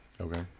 Okay